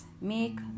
make